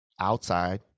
Outside